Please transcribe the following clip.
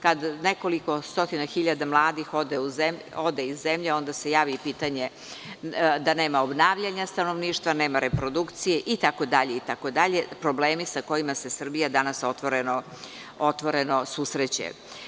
Kada nekoliko stotina hiljada mladih ode iz zemlje onda se javi i pitanje da nema obnavljanja stanovništva, nema reprodukcije itd, problemi sa kojima se Srbija danas otvoreno susreće.